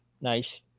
Nice